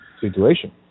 situation